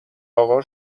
اقا